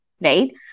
right